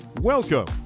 Welcome